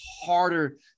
harder